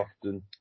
often